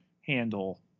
handle